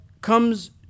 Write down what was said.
comes